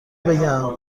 بگم